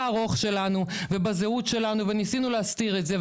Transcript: הארוך שלנו ובזהות שלה וניסינו להסתיר את זה.